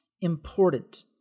important